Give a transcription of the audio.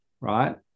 right